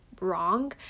wrong